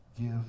give